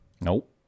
Nope